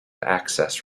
access